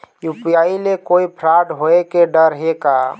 UPI ले कोई fraud होए के डर हे का?